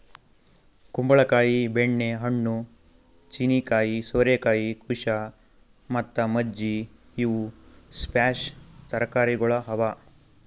ಕುಂಬಳ ಕಾಯಿ, ಬೆಣ್ಣೆ ಹಣ್ಣು, ಚೀನೀಕಾಯಿ, ಸೋರೆಕಾಯಿ, ಕುಶಾ ಮತ್ತ ಮಜ್ಜಿ ಇವು ಸ್ಕ್ವ್ಯಾಷ್ ತರಕಾರಿಗೊಳ್ ಅವಾ